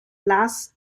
lasts